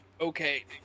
Okay